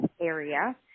area